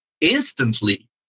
instantly